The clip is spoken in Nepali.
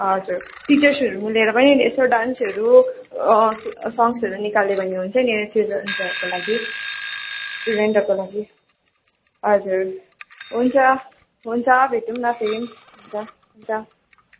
हजुर टिचर्सहरू मिलेर पनि यसो डान्सहरू सङ्सहरू निकाल्यो भने हुन्छ नि स्टुडेन्ट्सहरूको लागि स्टुडेन्टहरूको लागि हजुर हुन्छ हुन्छ भेटौँ न फेरि हुन्छ हुन्छ